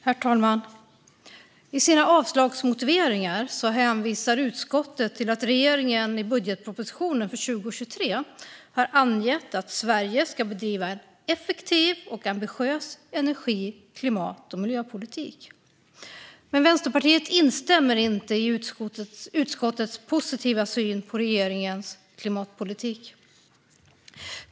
Herr talman! I sina avslagsmotiveringar hänvisar utskottet till att regeringen i budgetpropositionen för 2023 har angett att Sverige ska bedriva en effektiv och ambitiös energi, klimat och miljöpolitik. Vänsterpartiet instämmer inte i utskottets positiva syn på regeringens klimatpolitik.